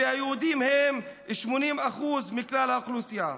והיהודים הם 80% מכלל האוכלוסייה.